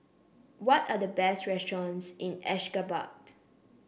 what are the best restaurants in Ashgabat